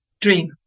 dream